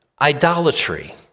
idolatry